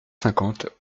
cinquante